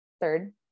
third